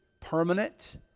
permanent